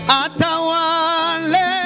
atawale